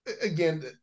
again